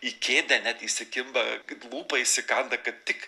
į kėdę net įsikimba į lūpą įsikanda kad tik